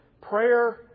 prayer